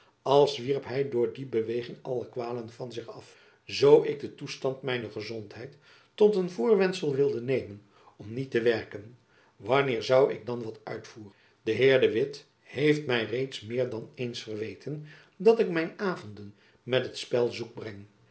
als wierp hy door die beweging alle kwalen van zich af zoo ik den toestand mijner gezondheid tot een voorwendsel wilde nemen om niet te werken wanneer zoû ik dan wat uitvoeren de heer de witt heeft my reeds meer dan eens verweten dat ik mijn avonden met het spel zoek breng